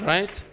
Right